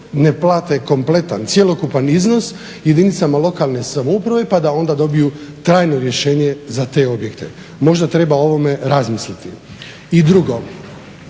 ne plate kompletan, cjelokupan iznos jedinicama lokalne samouprave pa da onda dobiju trajno rješenje za te objekte. Možda treba o ovome razmisliti. I drugo,